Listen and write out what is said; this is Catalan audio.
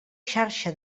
xarxa